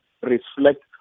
reflect